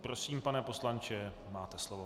Prosím, pane poslanče, máte slovo.